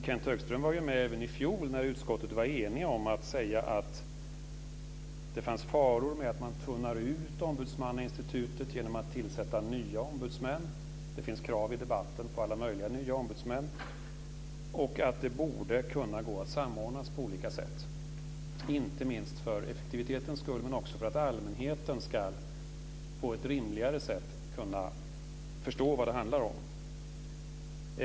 Kenth Högström var ju med även i fjol när utskottet var enigt om att säga att det fanns faror med att man tunnar ut ombudsmannainstitutet genom att tillsätta nya ombudsmän - det förs fram krav i debatten på alla möjliga nya ombudsmän - och att det borde kunna gå att samordna på olika sätt, inte minst för effektivitetens skull men också för att allmänheten på ett rimligare sätt ska kunna förstå vad det handlar om.